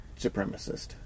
supremacist